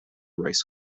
race